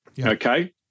Okay